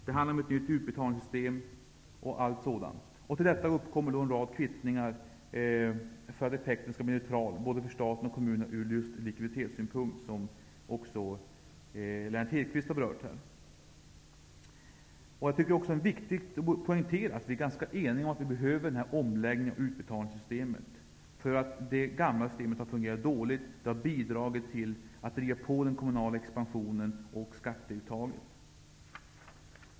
Det handlar om ett nytt utbetalningssystem, osv. Till detta kommer en rad kvittningar för att effekten skall bli neutral, både för staten och för kommunerna ur likviditetessynpunkt, vilket tidigare har berörts av Jag tycker också att det är viktigt att poängtera att vi är ganska eniga om att vi behöver denna omläggning av utbetalningssystemet, eftersom det gamla systemet har fungerat dåligt. Det har bidragit till att driva på den kommunala expansionstakten och skatteuttaget.